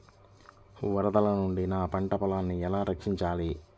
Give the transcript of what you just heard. వరదల నుండి నా పంట పొలాలని ఎలా రక్షించాలి?